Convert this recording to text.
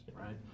right